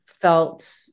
felt